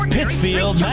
Pittsfield